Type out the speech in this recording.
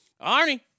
Arnie